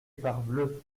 parbleu